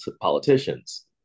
politicians